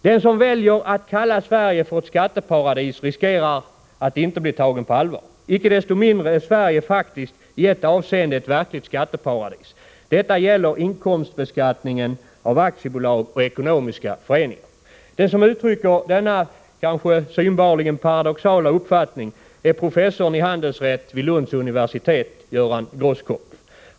”Den som väljer att kalla Sverige för ett skatteparadis riskerar att inte bli tagen på allvar. Icke desto mindre är Sverige faktiskt i ett avseende ett verkligt skatteparadis. Detta gäller inkomstbeskattningen av aktiebolag och ekonomiska föreningar.” Den som uttrycker denna synbarligen paradoxala uppfattning är professorn i handelsrätt vid Lunds universitet, Göran Grosskopf.